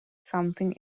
something